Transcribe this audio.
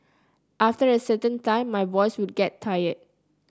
after a certain time my voice would get tired